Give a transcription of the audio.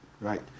Right